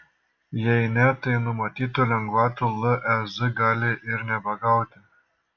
jei ne tai numatytų lengvatų lez gali ir nebegauti